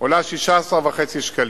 עולה 16.5 שקלים,